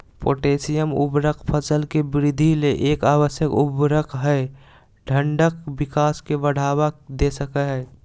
potassium उर्वरक फसल के वृद्धि ले एक आवश्यक उर्वरक हई डंठल विकास के बढ़ावा दे सकई हई